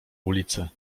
ulicę